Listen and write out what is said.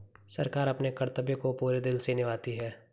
सरकार अपने कर्तव्य को पूरे दिल से निभाती है